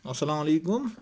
اَسَلام علیکُم